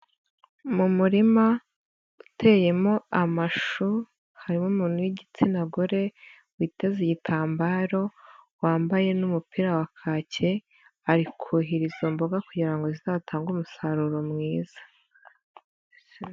Mu murima uteyemo amashu harimo umuntu w'igitsina gore witeze igitambaro wambaye n'umupira wa kake ari kuhira izo mboga kugira ngo zizatange umusaruro mwiza.